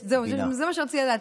זהו, זה מה שרציתי לדעת.